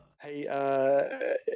Hey